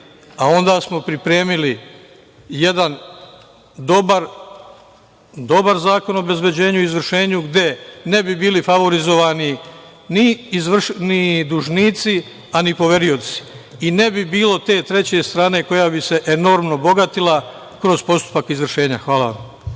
a onda smo pripremili jedan dobar Zakon o obezbeđenju i rešenju gde ne bi bili favorizovani ni dužnici, a ni poverioci. I ne bi bilo te treće strane koja bi se enormno bogatila kroz postupak izvršenja. Hvala.